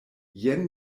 jen